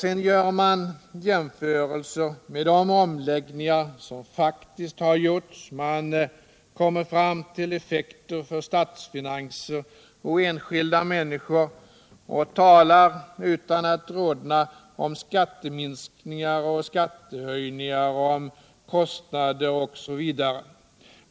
Sedan gör man jämförelser med de omläggningar som faktiskt har gjorts. Man kommer fram till effekter för statsfinanser och enskilda människor och talar utan att rodna om skatteminskningar, skattehöjningar, kostnader osv.